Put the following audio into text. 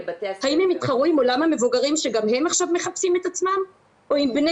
האם הם יתחרו עם עולם המבוגרים שגם הם עכשיו מחפשים את עצמם או עם בני